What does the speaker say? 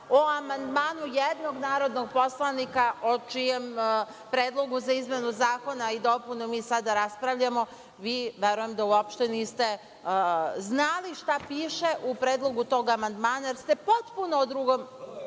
o amandmanu jednog narodnog poslanika o čijem predlogu za izmenu i dopunu zakona, mi sada raspravljamo, vi verujem da uopšte niste znali šta piše u predlogu tog amandmana, jer ste potpuno drugo